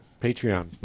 Patreon